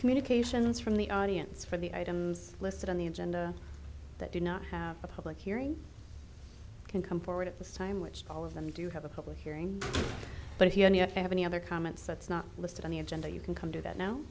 communications from the audience for the items listed on the agenda that do not have a public hearing can come forward at this time which all of them do have a public hearing but if you have any other comments that's not listed on the agenda you can come to that no